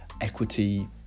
equity